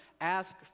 ask